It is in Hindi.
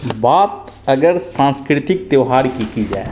बात अगर सांस्कृतिक त्यौहार की की जाए